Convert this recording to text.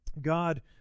God